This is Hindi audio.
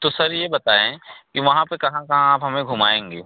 तो सर ये बताएँ कि वहाँ पर कहाँ कहाँ आप हमें घुमाएँगे